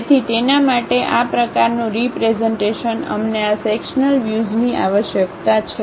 તેથી તેના માટે આ પ્રકારનું રીપ્રેઝન્ટેશન અમને આ સેક્શન્લ વ્યુઝની આવશ્યકતા છે